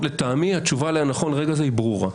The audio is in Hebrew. לטעמי התשובה עליה נכון לרגע זה היא ברורה.